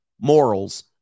morals